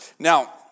Now